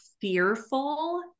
fearful